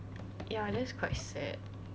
ya that's quite sad